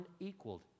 unequaled